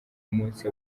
umunsi